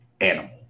animal